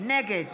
נגד